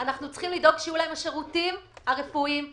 אנחנו צריכים לדאוג שיהיו לנו השירותים הרפואיים הבסיסיים.